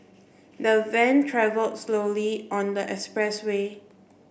the van travelled slowly on the expressway